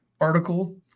article